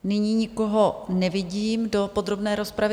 Nyní nikoho nevidím do podrobné rozpravy.